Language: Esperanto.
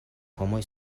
homoj